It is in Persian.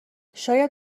شاید